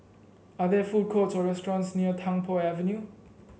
are there food courts or restaurants near Tung Po Avenue